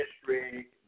history